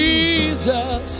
Jesus